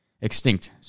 Extinct